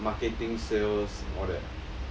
marketing sales all that